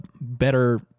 better